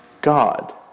God